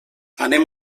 anem